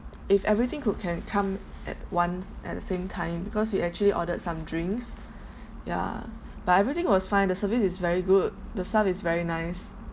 if everything could can come at one at the same time because we actually ordered some drinks ya but everything was fine the service is very good the staff is very nice